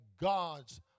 God's